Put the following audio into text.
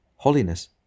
Holiness